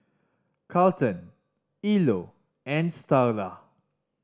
Carleton Ilo and Starla